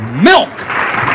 Milk